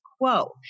quo